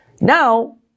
Now